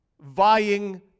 vying